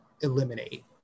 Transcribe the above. eliminate